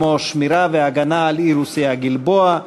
כמו שמירה והגנה על אירוס הגלבוע,